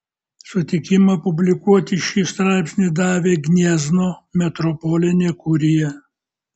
sutikimą publikuoti šį straipsnį davė gniezno metropolinė kurija